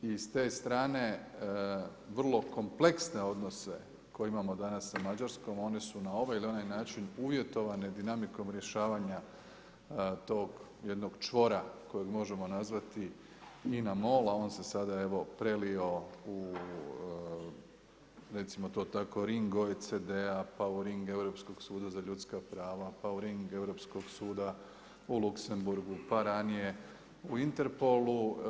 S druge strane vrlo kompleksne odnose koje imamo danas sa Mađarskom one su na ovaj ili onaj način uvjetovane dinamikom rješavanja tog jednog čvora kojeg možemo nazvati INA MOL, a on se sada, evo prelio recimo to tako kao ring OECD-a, pa u ring Europskog suda za ljudska prava, pa u ring Europskog suda u Luxembourgu, pa ranije u Interpolu.